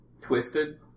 twisted